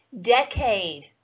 decade